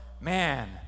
man